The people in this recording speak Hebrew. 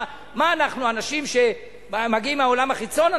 מה, אנחנו אנשים שמגיעים מהעולם החיצון?